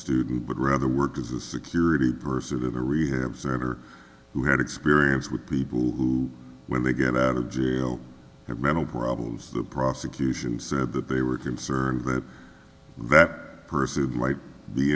student but rather work as a security person of a rehab center who had experience with people when they get out of jail or mental problems the prosecution said that they were concerned that that person might be